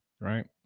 right